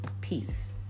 peace